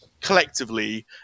collectively